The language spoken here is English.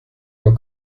your